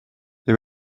they